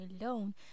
alone